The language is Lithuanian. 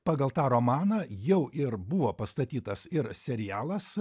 pagal tą romaną jau ir buvo pastatytas ir serialas